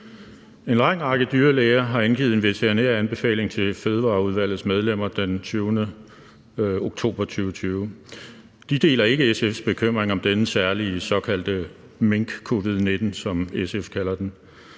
En lang række dyrlæger har indgivet en veterinær anbefaling til Miljø- og Fødevareudvalgets medlemmer den 20. oktober 2020. De deler ikke SF's bekymring om denne særlige såkaldte mink-covid-19, som SF kalder den.